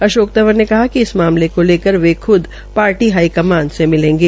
अशोक तंवर ने कहा कि इस मामले को लेकर वे खूद पार्टी हाई कमान से मिलेंगे